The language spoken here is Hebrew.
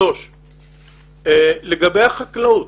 לגבי החקלאות.